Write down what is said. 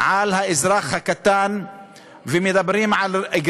אני מדבר על האזרח הקטן,